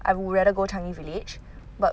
I would rather go changi village but